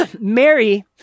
Mary